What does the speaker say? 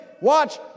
watch